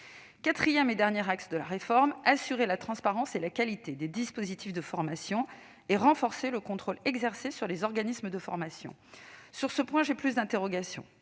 quatrième et dernier axe de la réforme est d'assurer la transparence et la qualité des dispositifs de formation, ainsi que de renforcer le contrôle exercé sur les organismes de formation. Ce point suscite davantage d'interrogations.